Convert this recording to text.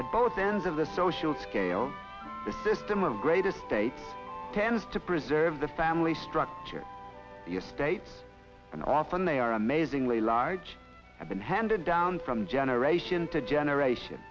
at both ends of the social scale the system of greatest states tends to preserve the family structure your state and often they are amazingly large have been handed down from generation to generation